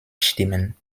stimmen